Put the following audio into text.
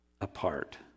apart